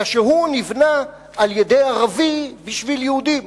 אלא שהוא נבנה על-ידי ערבי בשביל יהודים,